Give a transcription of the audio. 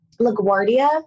LaGuardia